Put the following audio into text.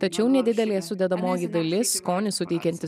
tačiau nedidelė sudedamoji dalis skonį suteikiantis